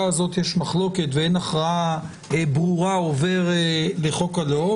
הזו ואין הכרעה ברורה על חוק הלאום,